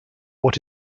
what